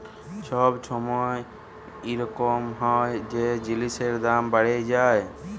ছব ছময় ইরকম হ্যয় যে জিলিসের দাম বাড়্হে যায়